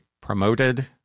promoted